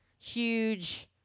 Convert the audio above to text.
huge